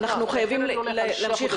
אנחנו חייבים להמשיך.